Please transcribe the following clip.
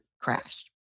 crashed